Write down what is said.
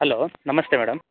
hello namaste madam